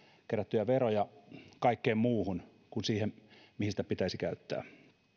kerättyjä veroja kaikkeen muuhun kuin siihen mihin niitä pitäisi käyttää